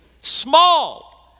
Small